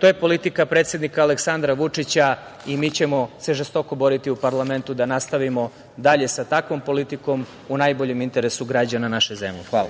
to je politika predsednika Aleksandra Vučića i mi ćemo se žestoko boriti u parlamentu da nastavimo dalje sa takvom politikom u najboljem interesu građana naše zemlje. Hvala.